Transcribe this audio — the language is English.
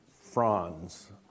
fronds